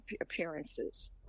appearances